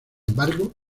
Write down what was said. embargo